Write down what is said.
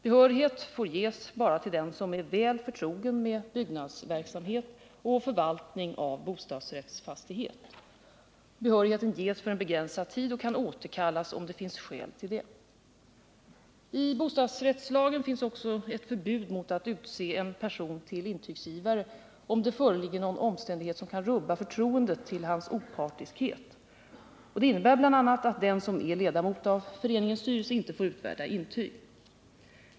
Behörighet får ges bara till den som är väl förtrogen med byggnadsverksamhet och förvaltning av bostadsrättsfastighet. Behörighet ges för begränsad tid och kan återkallas, om det finns skäl till det. I bostadsrättslagen finns också ett förbud mot att utse en person till intygsgivare, om det föreligger någon omständighet som kan rubba förtroendet till hans opartiskhet. Det innebär bl.a. att den som är ledamot av föreningens styrelse inte får utfärda intyg.